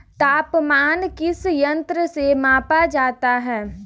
तापमान किस यंत्र से मापा जाता है?